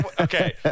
okay